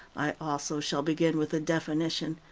i also shall begin with a definition,